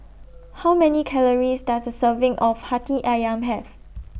How Many Calories Does A Serving of Hati Ayam Have